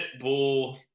Pitbull